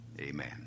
Amen